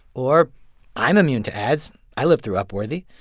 or i'm immune to ads. i lived through upworthy.